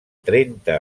trenta